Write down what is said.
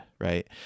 right